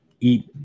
eat